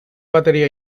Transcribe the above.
batería